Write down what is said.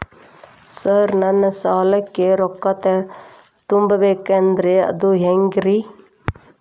Sir ನನ್ನ ಸಾಲಕ್ಕ ರೊಕ್ಕ ತುಂಬೇಕ್ರಿ ಅದು ಹೆಂಗ್ರಿ?